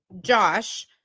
Josh